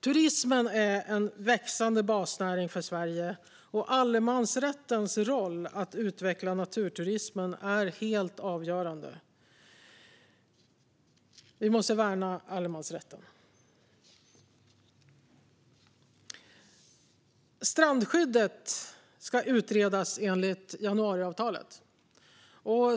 Turismen är en växande basnäring för Sverige, och allemansrättens roll för att utveckla naturturismen är helt avgörande. Vi måste värna allemansrätten. Strandskyddet ska utredas, enligt januariavtalet.